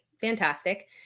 fantastic